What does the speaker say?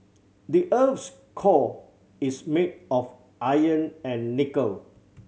the earth's core is made of iron and nickel